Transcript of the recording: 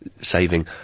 saving